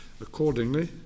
Accordingly